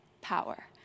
power